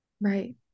Right